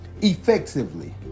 effectively